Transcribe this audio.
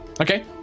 Okay